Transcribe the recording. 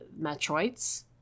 Metroids